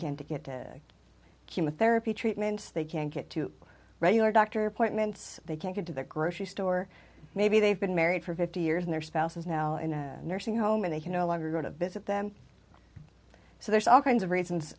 can to get to chemotherapy treatments they can't get to regular doctor appointments they can't get to the grocery store maybe they've been married for fifty years and their spouse is now in a nursing home and they can no longer go to visit them so there's all kinds of